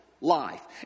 life